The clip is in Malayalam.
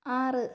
ആറ്